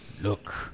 Look